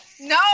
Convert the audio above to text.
No